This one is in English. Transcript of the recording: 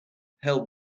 held